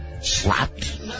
slapped